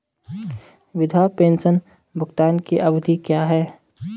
विधवा पेंशन भुगतान की अवधि क्या है?